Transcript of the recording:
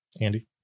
Andy